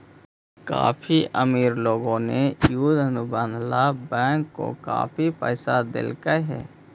काफी अमीर लोगों ने युद्ध अनुबंध ला बैंक को काफी पैसा देलकइ हे